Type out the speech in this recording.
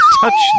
touch